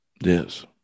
Yes